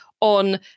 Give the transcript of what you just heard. on